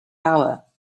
hour